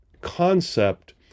concept